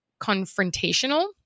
confrontational